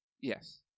Yes